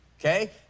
okay